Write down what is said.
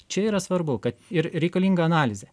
čia yra svarbu kad ir reikalinga analizė